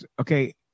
Okay